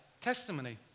Testimony